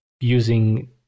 using